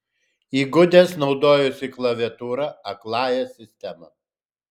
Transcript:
įgudęs naudojasi klaviatūra akląja sistema